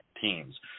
teams